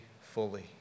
fully